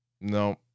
no